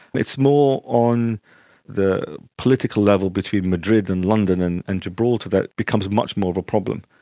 it's more on the political level between madrid and london and and gibraltar that becomes much more of a problem.